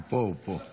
הוא פה, הוא פה.